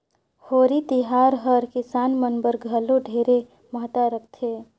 होरी तिहार हर किसान मन बर घलो ढेरे महत्ता रखथे